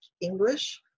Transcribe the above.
English